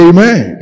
Amen